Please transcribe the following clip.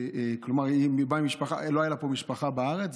כלומר לא הייתה לה פה משפחה בארץ.